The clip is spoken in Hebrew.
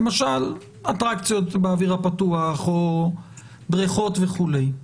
למשל אטרקציות באוויר הפתוח או בריכות וכולי.